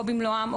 או במלואם,